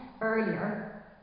earlier